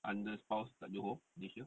under spouse kat johor malaysia